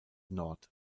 nord